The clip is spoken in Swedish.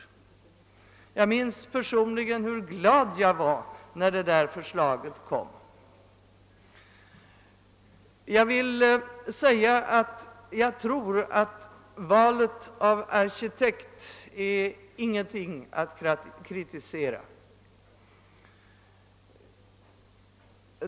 Jag minns personligen hur glad jag var när detta förslag kom. Valet av arkitekt tror jag inte är någonting att kritisera.